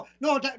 no